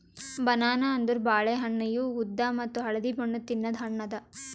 banana ಅಂದುರ್ ಬಾಳೆ ಹಣ್ಣ ಇವು ಉದ್ದ ಮತ್ತ ಹಳದಿ ಬಣ್ಣದ್ ತಿನ್ನದು ಹಣ್ಣು ಅದಾ